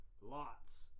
lots